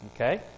okay